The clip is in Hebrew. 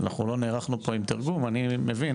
אנחנו לא נערכנו פה עם תרגום, אני מבין.